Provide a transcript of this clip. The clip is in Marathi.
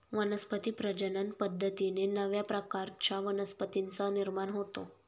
वनस्पती प्रजनन पद्धतीने नव्या प्रकारच्या वनस्पतींचा निर्माण होतो